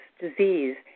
disease